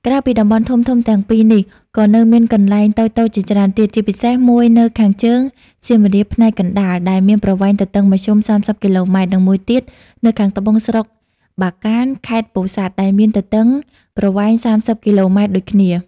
ក្រៅពីតំបន់ធំៗទាំងពីរនេះ ក៏នៅមានកន្លែងតូចៗជាច្រើនទៀត ជាពិសេសមួយនៅខាងជើង សៀមរាបផ្នែកកណ្ដាល ដែលមានប្រវែងទទឹងមធ្យម ៣០ គីឡូម៉ែត្រ និងមួយទៀតនៅខាងត្បូង ស្រុកបាកាន ខេត្តពោធិ៍សាត់ ដែលមានទទឹងប្រវែង ៣០ គីឡូម៉ែត្រដូចគ្នា។